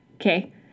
Okay